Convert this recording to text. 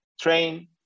train